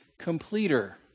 completer